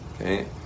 Okay